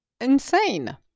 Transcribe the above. insane